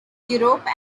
europe